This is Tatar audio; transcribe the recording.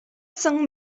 соң